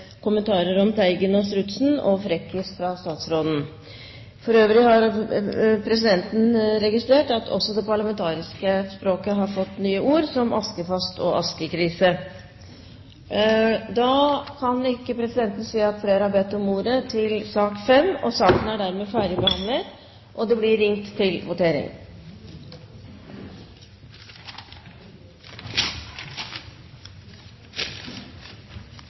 kommentarer om Teigen og strutsen og frekkis fra statsråden. For øvrig har presidenten registrert at også det parlamentariske språket har fått nye ord som «askefast» og «askekrise». Flere har ikke bedt om ordet til sak nr. 5. Stortinget skal da votere over sakene på dagens kart. Under debatten er det